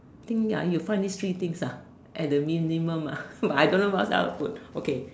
I think ya you will find this three this things ah at the minimum ah but I don't know what else I will put okay